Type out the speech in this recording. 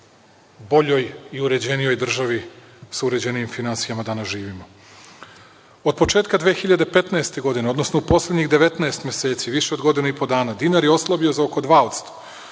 boljoj i uređenijoj državi sa uređenijim finansijama živimo. Od početka 2015. godine, odnosno u poslednjih 19 meseci, više od godinu i po dana, dinar je oslabio za oko 2%